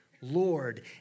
Lord